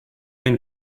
been